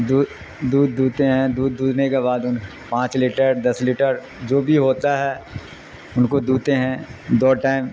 دودھ دودھ دھتے ہیں دودھ دودھنے کے بعد ان پانچ لیٹر دس لیٹر جو بھی ہوتا ہے ان کو دتے ہیں دو ٹائم